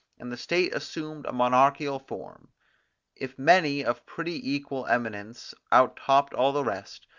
and the state assumed a monarchical form if many of pretty equal eminence out-topped all the rest,